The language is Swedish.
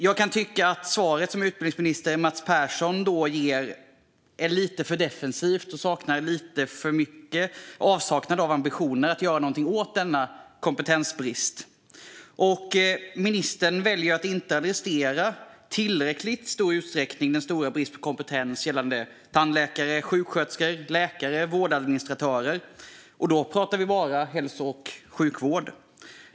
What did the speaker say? Jag kan tycka att det svar som utbildningsminister Mats Persson ger är lite för defensivt och saknar ambitioner att göra något åt kompetensbristen. Ministern väljer att inte i tillräckligt stor utsträckning adressera den stora bristen på kompetens när det gäller tandläkare, sjuksköterskor, läkare och vårdadministratörer. Och det är bara inom om hälso och sjukvården.